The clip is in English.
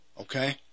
Okay